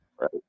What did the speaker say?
right